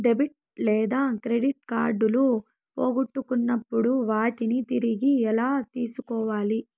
debit లేదా credit కార్డులు పోగొట్టుకున్నప్పుడు వాటిని తిరిగి ఎలా తీసుకోవాలి